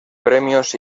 premios